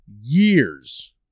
years